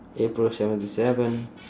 april seventy seven